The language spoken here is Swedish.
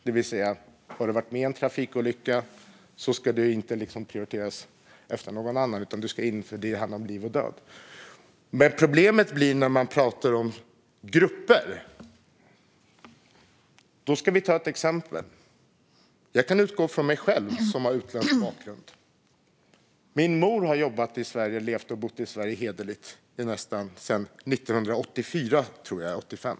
Om du har varit med om en trafikolycka ska du inte prioriteras efter någon annan. Du ska in, för det handlar om liv och död. Problemet uppstår när man pratar om grupper. Vi kan ta ett exempel, och då utgår jag från mig själv. Jag har utländsk bakgrund. Min mor har bott, levt och jobbat hederligt i Sverige i sedan 1984 eller 1985.